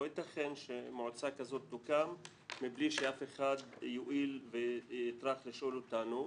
לא יתכן שמועצה כזאת תוקם מבלי שאף אחד יועיל ויטרח לשאול אותנו.